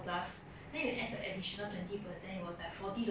!wah! 我差一点买 leh but then the thing is right the more I think right